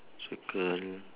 circle